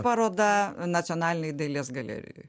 paroda nacionalinėj dailės galerijoj